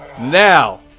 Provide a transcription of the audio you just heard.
now